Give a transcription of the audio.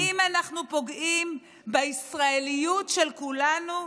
האם אנחנו פוגעים בישראליות של כולנו?